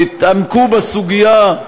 תתעמקו בסוגיה,